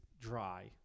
dry